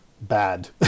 bad